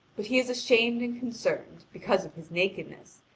but he is ashamed and concerned, because of his nakedness,